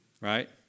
right